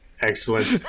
Excellent